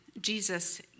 Jesus